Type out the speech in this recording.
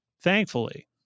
Thankfully